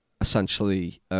essentially